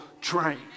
train